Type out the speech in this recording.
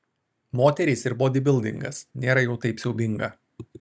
moterys ir bodybildingas nėra jau taip siaubinga